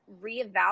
reevaluate